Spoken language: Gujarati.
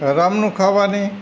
હરામનું ખાવાની